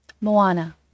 Moana